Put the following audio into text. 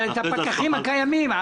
את הפקחים הקיימים.